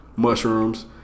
mushrooms